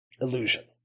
illusion